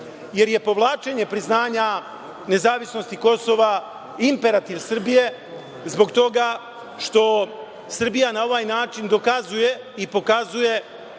jer je povlačenje priznanja nezavisnosti Kosova imperativ Srbije, zbog toga što Srbija na ovaj način dokazuje i pokazuje